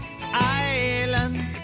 island